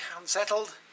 unsettled